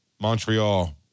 Montreal